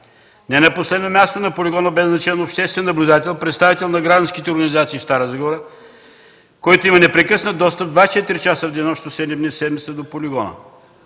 Не на последно място, на полигона бе назначен обществен наблюдател, представител на гражданските организации в Стара Загора, който има непрекъснат достъп – 24 часа в денонощието, 7 дни в седмицата, до полигона.